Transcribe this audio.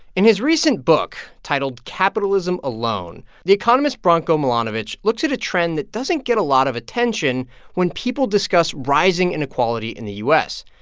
in his recent book titled capitalism alone, the economist branko milanovic looks at a trend that doesn't get a lot of attention when people discuss rising inequality in the u s.